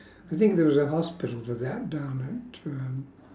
I think there was a hospital for that down at um